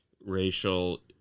racial